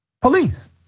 Police